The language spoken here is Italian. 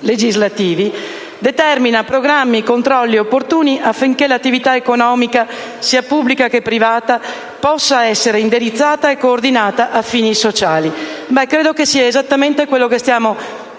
legislatori - «determina i programmi e i controlli opportuni perché l'attività economica pubblica e privata possa essere indirizzata e coordinata a fini sociali». Credo che sia esattamente quello che stiamo